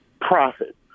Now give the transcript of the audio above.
profit